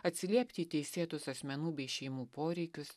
atsiliepti į teisėtus asmenų bei šeimų poreikius